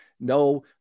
no